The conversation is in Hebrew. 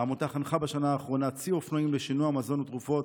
העמותה חנכה בשנה האחרונה צי אופנועים בשינוע מזון ותרופות,